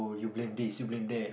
you blame this you blame that